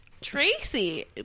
Tracy